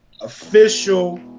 official